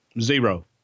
Zero